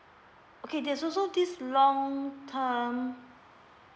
okay there's also this long term